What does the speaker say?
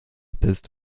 bist